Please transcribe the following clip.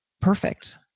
Perfect